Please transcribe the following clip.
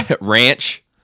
Ranch